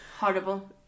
Horrible